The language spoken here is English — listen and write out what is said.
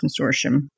Consortium